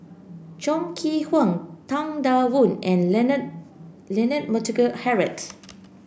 Chong Kee Hiong Tang Da Wu and Leonard Leonard Montague Harrod